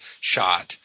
shot